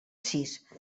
sis